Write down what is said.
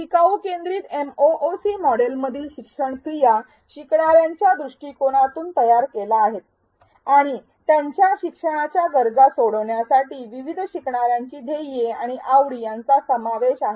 शिकाऊ केंद्रित एमओओसी मॉडेलमधील शिक्षण क्रिया शिकणार्यांच्या दृष्टीकोनातून तयार केल्या आहेत आणि त्यांच्या शिक्षणाच्या गरजा सोडवण्यासाठी विविध शिकवणार्यांची ध्येये आणि आवडी यांचा समावेश आहे